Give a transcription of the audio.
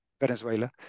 Venezuela